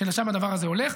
שלשם הדבר הזה הולך.